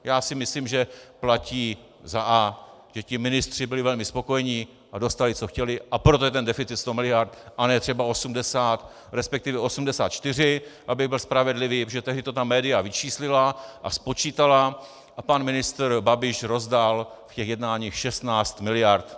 Já si myslím, že platí za A, ti ministři byli velmi spokojení a dostali, co chtěli, a proto je ten deficit 100 mld., a ne třeba 80, resp. 84, abych byl spravedlivý, protože tehdy to ta média vyčíslila a spočítala a pan ministr Babiš rozdal v těch jednáních 16 mld.